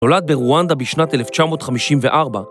נולד ברואנדה בשנת 1954